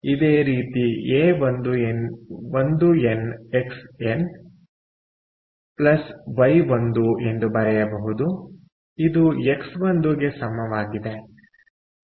a1n Xn Y1 ಎಂದು ಬರೆಯಬಹುದು ಇದು ಎಕ್ಸ್1 ಗೆ ಸಮಾನವಾಗಿರುತ್ತದೆ